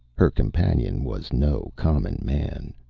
her companion was no common man.